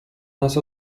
nas